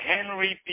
Henry